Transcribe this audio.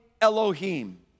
Elohim